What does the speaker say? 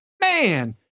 man